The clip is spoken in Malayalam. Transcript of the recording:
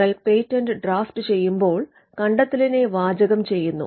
നിങ്ങൾ പേറ്റന്റ് ഡ്രാഫ്റ്റ് ചെയ്യുമ്പോൾ കണ്ടത്തെലിനെ വാചകം ചെയ്യുന്നു